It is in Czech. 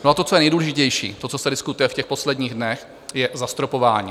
A to, co je nejdůležitější, to, co se diskutuje v těch posledních dnech, je zastropování.